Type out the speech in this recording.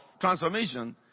transformation